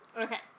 Okay